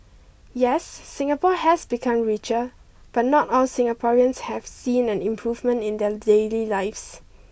yes Singapore has become richer but not all Singaporeans have seen an improvement in their daily lives